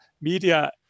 media